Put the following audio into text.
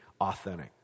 authentic